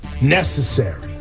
necessary